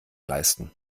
leisten